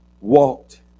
walked